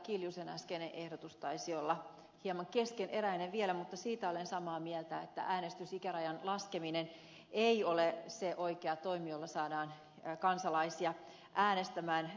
kiljusen äskeinen ehdotus taisi olla hieman keskeneräinen vielä mutta siitä olen samaa mieltä että äänestysikärajan laskeminen ei ole se oikea toimi jolla saadaan kansalaisia äänestämään enemmän